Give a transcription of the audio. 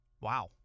Wow